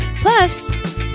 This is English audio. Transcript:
plus